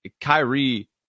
Kyrie